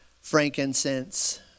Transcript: frankincense